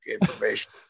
information